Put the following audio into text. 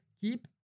keep